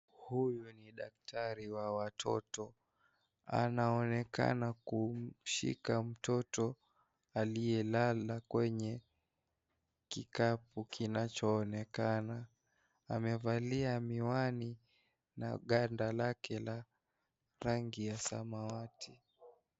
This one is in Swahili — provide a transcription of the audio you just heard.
Huyu ni daktari wa watoto. Anaonekana kumshika mtoto aliyelala kwenye kikapu kinachoonekana. Amevalia miwani na ganda lake la rangi ya samawati.